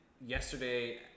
yesterday